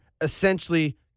essentially